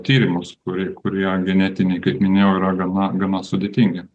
tyrimus kurie kurie genetiniai kaip minėjau yra gana gana sudėtingi